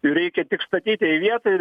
reikia tik statyt į vietą ir